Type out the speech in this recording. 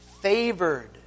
favored